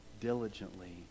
Diligently